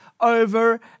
over